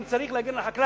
אם צריך להגן על חקלאי,